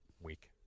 week